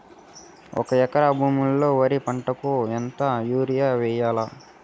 ఒక ఎకరా భూమిలో వరి పంటకు ఎంత యూరియ వేయల్లా?